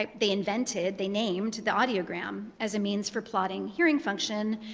like they invented, they named the audiogram as a means for plotting hearing function,